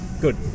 good